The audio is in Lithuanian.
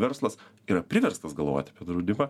verslas yra priverstas galvoti apie draudimą